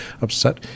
upset